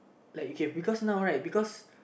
like okay because now right because